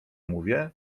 mówię